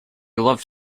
loved